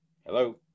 Hello